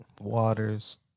waters